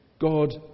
God